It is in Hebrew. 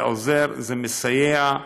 זה עוזר, זה מסייע,